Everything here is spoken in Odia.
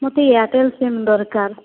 ମୋତେ ଏୟାରଟେଲ ସିମ୍ ଦରକାର୍